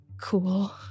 Cool